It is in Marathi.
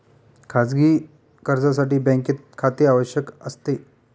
खाजगी कर्जासाठी बँकेत खाते आवश्यक असते